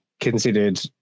considered